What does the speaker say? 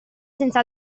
senza